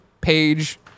page